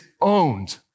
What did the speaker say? owned